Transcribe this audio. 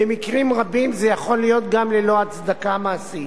במקרים רבים זה יכול להיות גם ללא הצדקה מעשית.